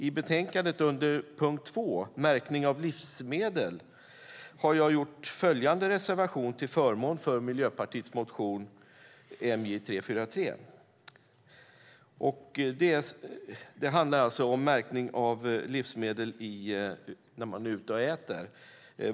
I betänkandet under punkt 2, Märkning av livsmedel, har jag gjort en reservation till förmån för Miljöpartiets motion MJ343 som handlar om märkning av livsmedel när man äter ute.